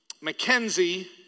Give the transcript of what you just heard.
Mackenzie